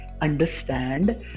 understand